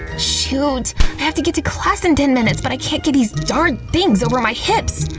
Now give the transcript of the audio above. shoot! i have to get to class in ten minutes but i can't get these darn things over my hips!